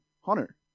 Hunter